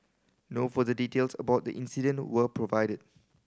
no further details about the incident were provided